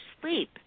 sleep